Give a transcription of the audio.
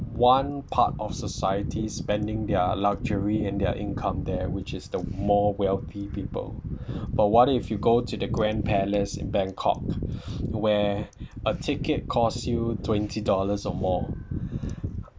one part of societies spending their luxury and their income there which is the more wealthy people but what if you go to the grand palace in bangkok where a ticket costs you twenty dollars or more